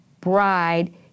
bride